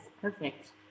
perfect